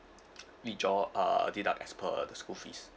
withdraw uh deduct as per the school fees